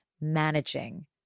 managing